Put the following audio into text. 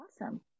Awesome